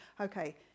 okay